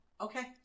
okay